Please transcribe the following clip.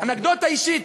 אנקדוטה אישית: